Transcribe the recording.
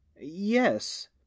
Yes